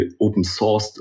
open-sourced